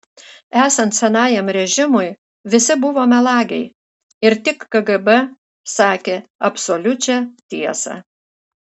esant senajam režimui visi buvo melagiai ir tik kgb sakė absoliučią tiesą